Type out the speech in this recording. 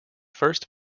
first